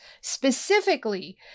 Specifically